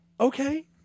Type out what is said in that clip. okay